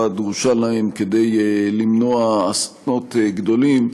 הדרושה להם כדי למנוע אסונות גדולים,